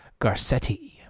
Garcetti